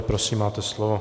Prosím, máte slovo.